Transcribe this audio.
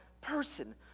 person